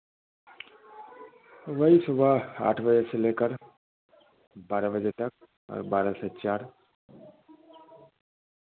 वही सुबह आठ बजे से लेकर बारह बजे तक और बारह से चार